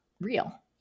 real